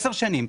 עשר שנים.